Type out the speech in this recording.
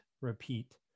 repeat